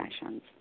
sessions